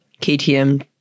KTM